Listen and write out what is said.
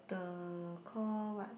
the call what